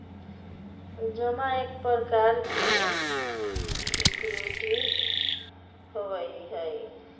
जमा एक प्रकार के सिक्योरिटी होबा हई